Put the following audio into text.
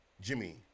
Jimmy